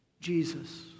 Jesus